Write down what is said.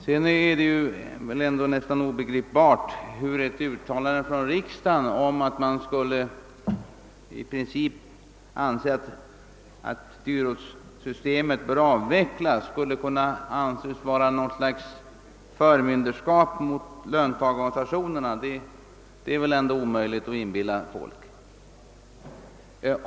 Vidare är det nästan obegripligt, hur ett principuttalande från riksdagen om att dyrortssystemet bör avvecklas skulle kunna anses innebära något slags förmynderskap för löntagarorganisationerna — det är väl ändå omöjligt att inbilla folk någonting sådant.